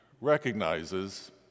recognizes